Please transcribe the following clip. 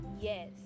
yes